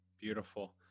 Beautiful